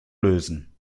lösen